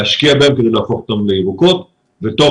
להשקיע בהן כדי להפוך אותן לירוקות ותוך